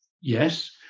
yes